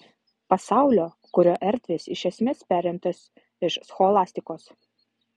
pasaulio kurio erdvės iš esmės perimtos iš scholastikos